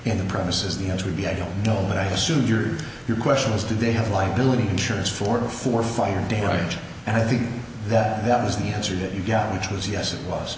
in the premises the answer would be i don't know but i assume your your question is do they have liability insurance for the for fire damage and i think that that was the answer that you got which was yes it was